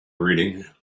reading